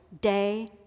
day